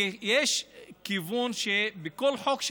כי יש כיוון, בכל חוק שמביאים,